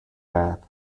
bath